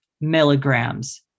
milligrams